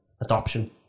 adoption